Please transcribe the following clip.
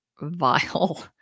vile